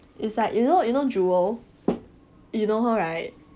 it's like you know you know jewel you know her right